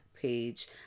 page